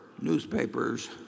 newspapers